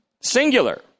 singular